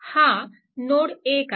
हा नोड 1 आहे